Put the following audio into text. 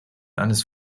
eines